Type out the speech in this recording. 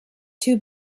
two